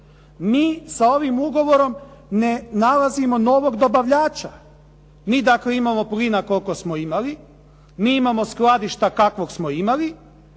Mi sa ovim ugovorom ne nalazimo novog dobavljača. Mi dakle imamo plina koliko smo imali, mi imamo skladišta kakvog smo imali,